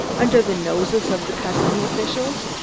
under the noses of the customs officials?